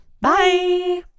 bye